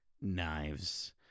knives